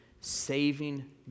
saving